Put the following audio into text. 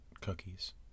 cookies